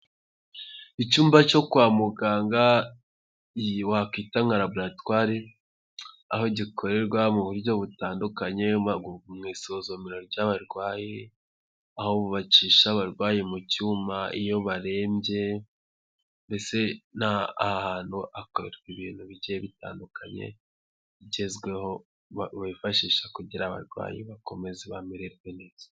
Icyumba cyo kwa muganga wakwita laboratoire, aho gikorerwa mu buryo butandukanye mu isuzuma ry'abarwayi, aho bacisha abarwayi mu cyuma iyo barembye, ndetse aha hantu hakorerwa ibintu bigiye bitandukanye bigezweho bifashisha kugira abarwayi bakomeze bamererwe neza.